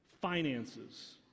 finances